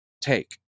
take